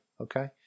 Okay